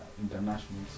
international